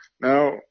Now